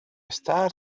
stared